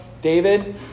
David